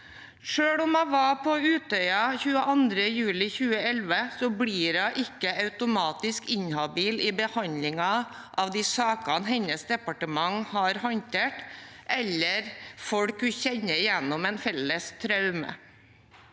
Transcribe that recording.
Selv om hun var på Utøya 22. juli 2011, blir hun ikke automatisk inhabil i behandlingen av de sakene hennes departement har håndtert, eller folk hun kjenner gjennom et felles traume.